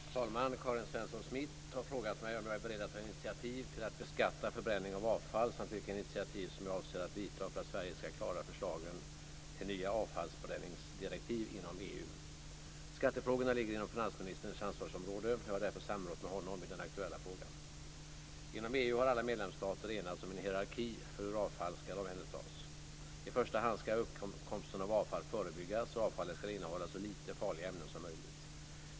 Fru talman! Karin Svensson Smith har frågat mig om jag är beredd att ta initiativ till att beskatta förbränning av avfall samt vilka initiativ som jag avser att vidta för att Sverige ska klara förslagen till nya avfallsförbränningsdirektiv inom EU. Skattefrågorna ligger inom finansministerns ansvarsområde. Jag har därför samrått med honom i den aktuella frågan. Inom EU har alla medlemsstater enats om en hierarki för hur avfall ska omhändertas. I första hand ska uppkomsten av avfall förebyggas och avfallet ska innehålla så lite farliga ämnen som möjligt.